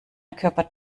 körper